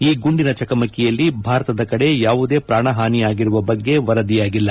ಈ ಗುಂಡಿನ ಚಕಮಕಿಯಲ್ಲಿ ಭಾರತದ ಕಡೆ ಯಾವುದೇ ಪಾಣಹಾನಿ ಆಗಿರುವ ಬಗ್ಗೆ ವರದಿಯಾಗಿಲ್ಲ